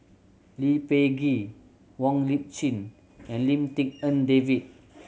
Lee Peh Gee Wong Lip Chin and Lim Tik En David